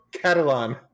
Catalan